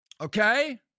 okay